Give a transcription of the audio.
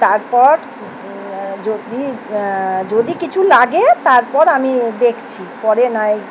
তারপর যদি যদি কিছু লাগে তারপর আমি দেখছি পরে না হয়